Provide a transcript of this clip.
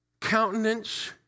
Countenance